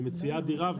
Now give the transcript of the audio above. במציאת דירה,